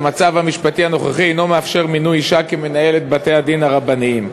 המצב המשפטי הנוכחי אינו מאפשר מינוי אישה למנהלת בתי-הדין הרבניים,